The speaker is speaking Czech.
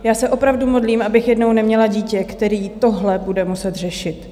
Já se opravdu modlím, abych jednou neměla dítě, které tohle bude muset řešit.